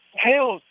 hell,